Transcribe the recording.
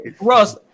Ross